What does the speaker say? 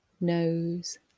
nose